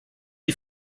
die